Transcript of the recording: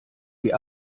die